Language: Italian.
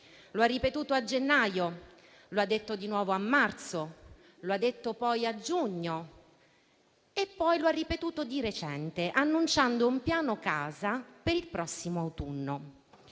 lo ha ripetuto a gennaio, lo ha detto di nuovo a marzo, lo ha detto quindi a giugno e poi lo ha ripetuto di recente, annunciando un piano casa per il prossimo autunno.